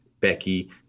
Becky